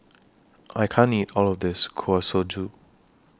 I can't eat All of This Kuih Suji